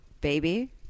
baby